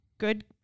Good